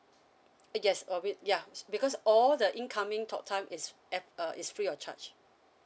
yes a bit ya because all the incoming talk time is at uh is free of charge